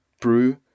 brew